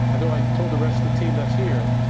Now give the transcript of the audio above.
although i told the rest of the team that's here,